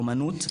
אומנות,